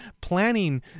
planning